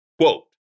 Quote